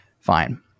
Fine